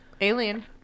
alien